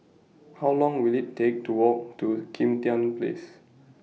How Long Will IT Take to Walk to Kim Tian Place